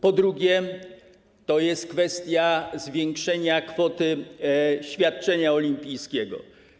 Ponadto to jest kwestia zwiększenia kwoty świadczenia olimpijskiego.